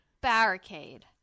Barricade